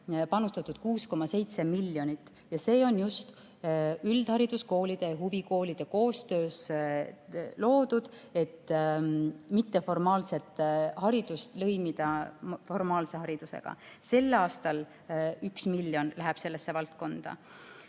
panustatud 6,7 miljonit ja see on just üldhariduskoolide ja huvikoolide koostöös sündinud, et mitteformaalset haridust lõimida formaalse haridusega. Sel aastal läheb sellesse valdkonda